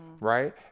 right